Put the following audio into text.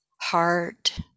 heart